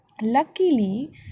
Luckily